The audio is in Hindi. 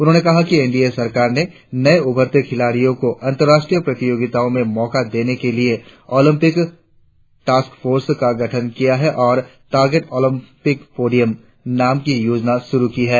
उन्होंने कहा कि एनडीए सरकार ने नये उभरते खिलाड़ियो को अंतर्राष्ट्रीय प्रतियोगिताओ में मौका देने के लिए ओलिम्पिक टॉस्क फोर्स का गठन किया है और टारगेट ओलिम्पिकपोडियम नाम की योजना शुरु की है